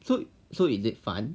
so so is it fun